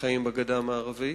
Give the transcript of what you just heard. שחיים בגדה המערבית,